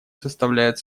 составляют